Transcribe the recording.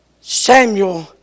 Samuel